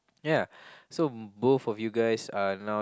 ya so both of you guys are now